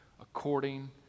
according